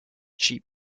she